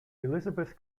elizabeth